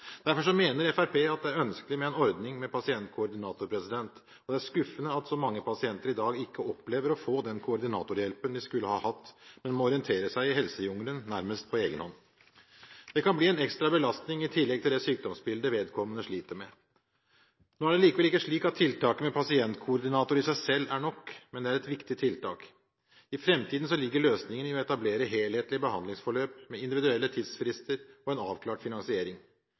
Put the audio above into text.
Derfor mener Fremskrittspartiet at det er ønskelig med en ordning med pasientkoordinator. Det er skuffende at så mange pasienter i dag ikke opplever å få den koordinatorhjelpen de skulle ha hatt, men må orientere seg i helsejungelen nærmest på egen hånd. Det kan bli en ekstra belastning i tillegg til det sykdomsbildet vedkommende sliter med. Nå er det ikke slik at tiltaket med pasientkoordinator i seg selv er nok, men det er et viktig tiltak. I framtiden ligger løsningen i å etablere helhetlige behandlingsforløp med individuelle tidsfrister og en avklart finansiering.